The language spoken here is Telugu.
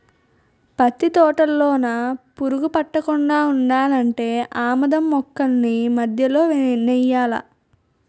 పత్తి తోటలోన పురుగు పట్టకుండా ఉండాలంటే ఆమదం మొక్కల్ని మధ్యలో నెయ్యాలా